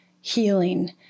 healing